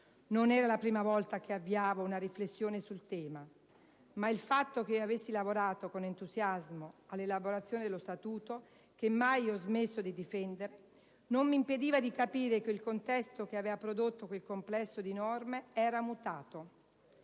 Non era la prima volta che avviavo una riflessione sul tema. (...) Ma il fatto che io avessi lavorato con entusiasmo all'elaborazione dello Statuto, che mai ho smesso di difendere, non m'impediva di capire che il contesto che aveva prodotto quel complesso di norme era mutato.